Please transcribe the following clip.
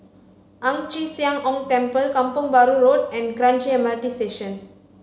Ang Chee Sia Ong Temple Kampong Bahru Road and Kranji M R T Station